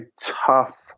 tough